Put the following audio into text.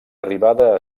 arribada